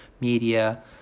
media